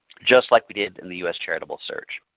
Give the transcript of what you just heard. just like we did in the us charitable search.